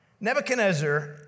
Nebuchadnezzar